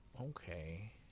Okay